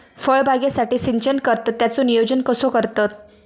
फळबागेसाठी सिंचन करतत त्याचो नियोजन कसो करतत?